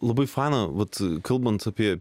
labai faina vat kalbant apie